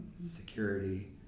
security